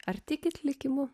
ar tikite likimu